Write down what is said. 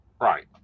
Right